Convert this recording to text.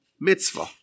mitzvah